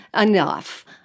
enough